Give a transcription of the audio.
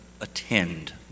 attend